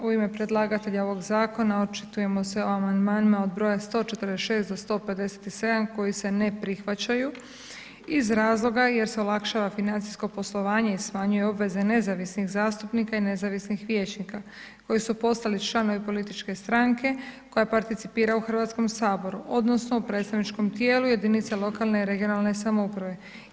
U ime predlagatelja ovog zakona očitujemo se o amandmanima od broja 146 do 157 koji se ne prihvaćaju iz razloga jer se olakšava financijsko poslovanje i smanjuju obveze nezavisnih zastupnika i nezavisnih vijećnika koji su postali članovi političke stranke koja participira u Hrvatskom saboru odnosno u predstavničkom tijelu jedinica lokalne i regionalne samouprave.